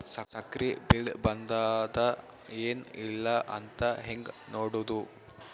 ಸಕ್ರಿ ಬಿಲ್ ಬಂದಾದ ಏನ್ ಇಲ್ಲ ಅಂತ ಹೆಂಗ್ ನೋಡುದು?